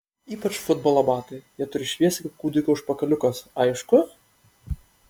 ypač futbolo batai jie turi šviesti kaip kūdikio užpakaliukas aišku